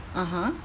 (uh huh)